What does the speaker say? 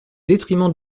détriment